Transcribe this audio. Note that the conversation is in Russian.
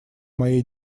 моей